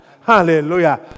Hallelujah